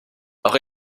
auch